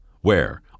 Where